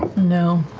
no.